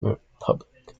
republic